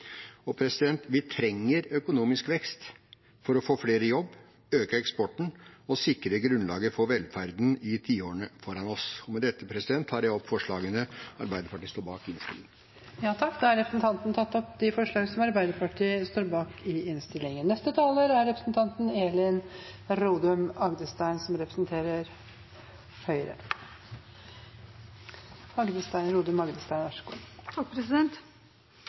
vi trenger økonomisk vekst – for å få flere i jobb, øke eksporten og sikre grunnlaget for velferden i tiårene foran oss. Med dette tar jeg opp forslagene Arbeiderpartiet står bak i innstillingen. Representanten Svein Roald Hansen har tatt opp de forslagene han refererte til. Det er sikkert mange gode intensjoner bak forslagene som er fremmet i denne saken. Jeg vil gi noen korte kommentarer som